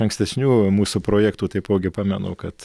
ankstesnių mūsų projektų taipogi pamenu kad